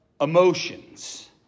emotions